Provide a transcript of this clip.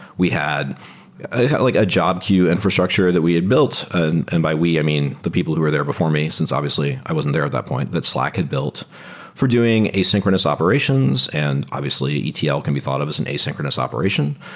we had like a job queue infrastructure that we had built. and by we, i mean, the people who were there before me, since obviously i wasn't there at that point, that slack had built for doing asynchronous operations, and obviously etl can be thought of as an asynchronous operation.